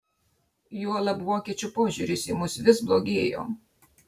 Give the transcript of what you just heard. juolab vokiečių požiūris į mus vis blogėjo